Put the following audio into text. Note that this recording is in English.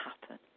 happen